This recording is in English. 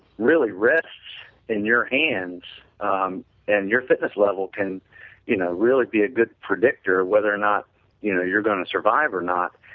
really rest in your hands um and your fitness level can you know really be a good predictor whether or not you know you're going to survive or not.